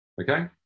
Okay